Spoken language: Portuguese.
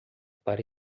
para